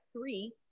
three